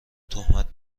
تهمت